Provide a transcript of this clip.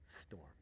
storm